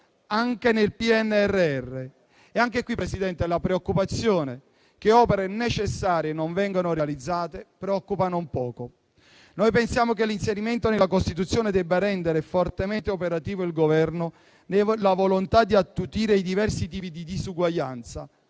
anche nel PNRR. Anche qui, Presidente, la preoccupazione che opere necessarie non vengano realizzate non è poca. Noi pensiamo che l'inserimento nella Costituzione debba rendere fortemente operativo il Governo nella volontà di attutire i diversi tipi di disuguaglianza